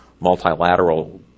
multilateral